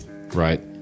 right